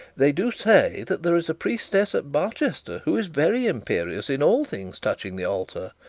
they do say that there is a priestess at barchester who is very imperious in all things touching the altar.